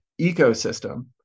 ecosystem